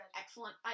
excellent